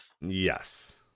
Yes